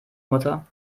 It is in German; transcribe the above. mutter